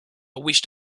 wished